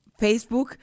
Facebook